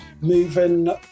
moving